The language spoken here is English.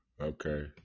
Okay